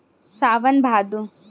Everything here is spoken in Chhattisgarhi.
सावन भादो